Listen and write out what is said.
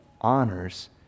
honors